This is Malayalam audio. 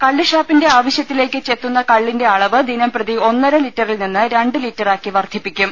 കള്ള് ഷാപ്പിന്റെ ആവശ്യത്തിലേക്ക് ചെത്തുന്ന കള്ളിന്റെ അളവ് ദിനംപ്രതി ഒന്നര ലിറ്ററിൽ നിന്ന് രണ്ട് ലിറ്ററാക്കി വർദ്ധി പ്പിക്കും